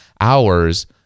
hours